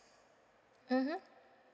mmhmm